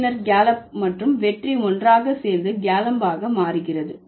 பின்னர் கேலப் மற்றும் வெற்றி ஒன்றாக சேர்ந்து கேலம்பாக மாறுகிறது